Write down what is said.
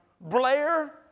Blair